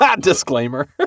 Disclaimer